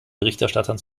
berichterstattern